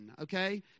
okay